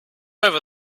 over